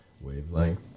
wavelength